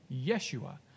Yeshua